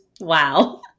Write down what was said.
wow